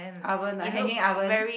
oven I hanging oven